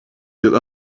still